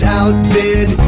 outbid